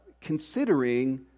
considering